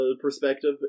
perspective